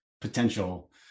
potential